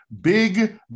Big